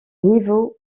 niveau